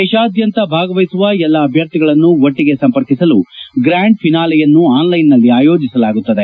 ದೇಶಾದ್ಯಂತ ಭಾಗವಹಿಸುವ ಎಲ್ಲಾ ಅಭ್ಯರ್ಥಿಗಳನ್ತು ಒಟ್ಟಿಗೆ ಸಂಪರ್ಕಿಸಲು ಗ್ರಾಂಡ್ ಫಿನಾಲೆಯನ್ತು ಆನ್ಲೈನ್ನಲ್ಲಿ ಆಯೋಜಿಸಲಾಗುತ್ತದೆ